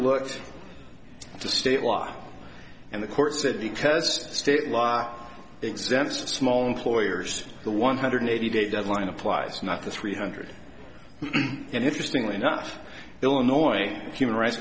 at the state law and the court said because state law exempts small employers the one hundred eighty day deadline applies not the three hundred and interesting enough illinois human rights